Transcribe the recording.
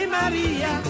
Maria